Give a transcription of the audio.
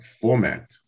format